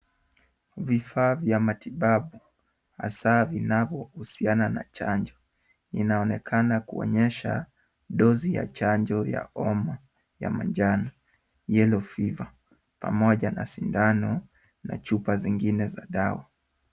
Vifaa vya matibabu hasa vinavyohusiana na chanjo, vinaonekana kuonyesha dozi ya chanjo ya homa ya manjano, yellow fever , pamoja na sindano na chupa zingine za dawa.